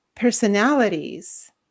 personalities